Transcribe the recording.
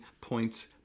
points